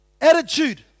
attitude